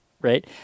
Right